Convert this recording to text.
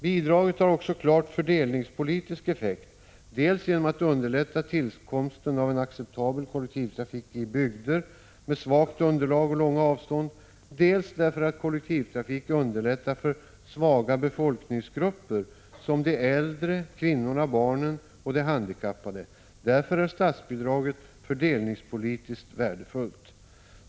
Bidraget har också en klar fördelningspolitisk effekt dels därför att det underlättar tillkomsten av en acceptabel kollektivtrafik i bygder med svagt underlag och långa avstånd, dels därför att kollektivtrafiken underlättar för svaga befolkningsgrupper som äldre, kvinnor, barn och handikappade. ställning till Afghanistanfrågan Statsbidraget är således fördelningspolitiskt värdefullt.